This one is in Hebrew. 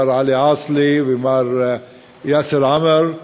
מר עלי עסלי ומר יאסר עומר,